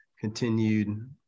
continued